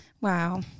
Wow